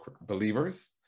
believers